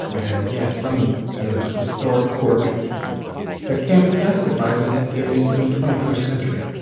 and yes some you know historic quirk that can't be justified in today's in the twenty first century.